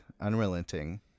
unrelenting